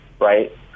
right